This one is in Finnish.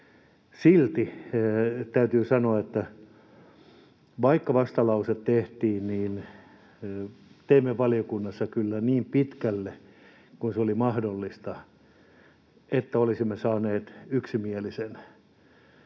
Silti täytyy sanoa, että vaikka vastalause tehtiin, niin teimme valiokunnassa töitä kyllä niin pitkälle kuin se oli mahdollista, että olisimme saaneet yksimielisen